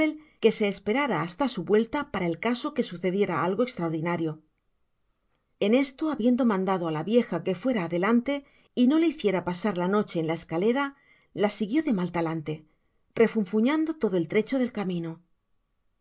que se esperara hasta su vuelta para el caso que sucediera algo estraordinario en esto habiendo mandado á la vieja que fuera adelante y no le hiciera pasar la noche en la escalera la siguió de mal talante refunfuñando todo el trecho del camino mr